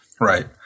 Right